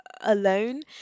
alone